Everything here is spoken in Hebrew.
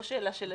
לא שאלה של הדין.